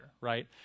right